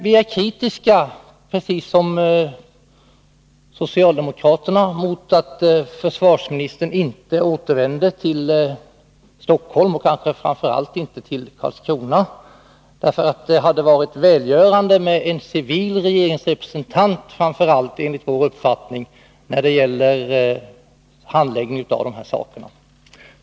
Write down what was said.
Vi är emellertid precis som socialdemokraterna kritiska mot att försvars Ubåtsaffären ministern inte återvände till Stockholm och kanske framför allt mot att han inte begav sig till Karlskrona. Det hade nämligen enligt vår uppfattning framför allt varit välgörande om en civil regeringsrepresentant hade framträtt i samband med handläggningen av den här affären.